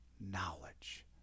knowledge